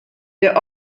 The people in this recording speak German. der